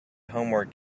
homework